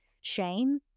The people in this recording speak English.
shame